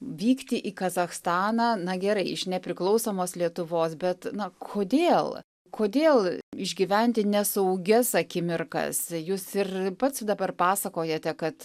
vykti į kazachstaną na gerai iš nepriklausomos lietuvos bet na kodėl kodėl išgyventi nesaugias akimirkas jūs ir pats dabar pasakojate kad